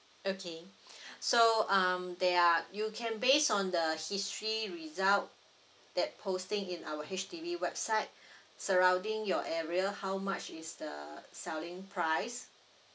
okay so um there are you can based on the history result that posting in our H_D_B website surrounding your area how much is the selling price